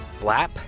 Blap